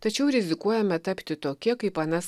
tačiau rizikuojame tapti tokie kaip anas